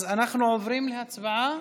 אז אנחנו עוברים להצבעה